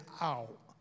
out